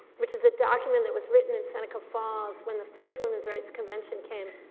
which is the document that was written in seneca falls when the first women's rights convention came,